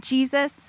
Jesus